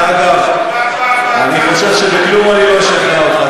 דרך אגב, אני חושב שבכלום אני לא אשכנע אותך.